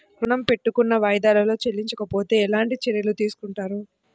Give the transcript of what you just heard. ఋణము పెట్టుకున్న వాయిదాలలో చెల్లించకపోతే ఎలాంటి చర్యలు తీసుకుంటారు?